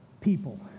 people